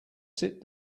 sit